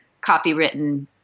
copywritten